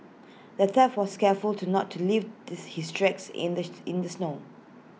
the thief was careful to not to leave diss his tracks in the in the snow